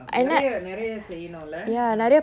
நிறைய நிறைய செய்யனும்ல:niraiya niraiya seiyanumla